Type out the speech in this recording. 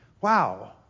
wow